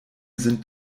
sind